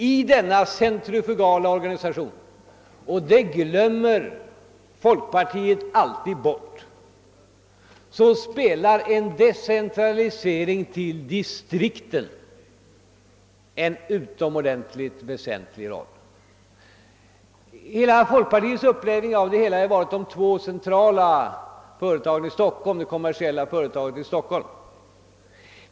I denna centrifugala organisation spelar — och det glömmer folkpartiet alltid bort — en decentralisering till distrikten en utomordentligt väsentlig roll. Folkpartiet vill ha två centrala företag i Stockholm, varav ett kommersiellt företag.